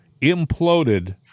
imploded